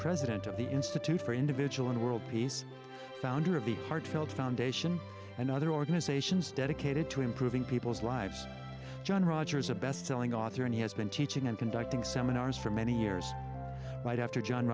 president of the institute for individual and world peace founder of the heartfelt foundation and other organizations dedicated to improving people's lives john rogers a bestselling author and he has been teaching and conducting seminars for many years right after john